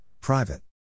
private